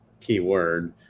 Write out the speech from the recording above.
keyword